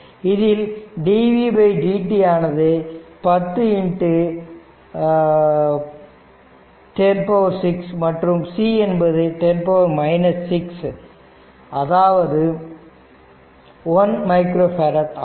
இதில் dvtdt ஆனது 10106 மற்றும் c ஆனது 10 6 அதாவது 1மைக்ரோ பேரட் ஆகும்